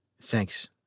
Thanks